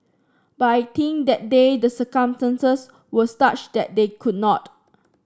but I think that day the circumstances were such that they could not